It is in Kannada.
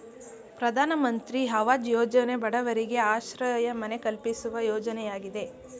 ಪ್ರಧಾನಮಂತ್ರಿ ಅವಾಜ್ ಯೋಜನೆ ಬಡವರಿಗೆ ಆಶ್ರಯ ಮನೆ ಕಲ್ಪಿಸುವ ಯೋಜನೆಯಾಗಿದೆ